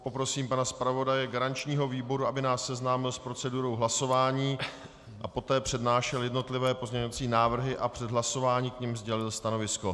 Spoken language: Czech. Poprosím pana zpravodaje garančního výboru, aby nás seznámil s procedurou hlasování a poté přednášel jednotlivé pozměňovací návrhy a před hlasováním k nim sdělil stanovisko.